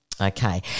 okay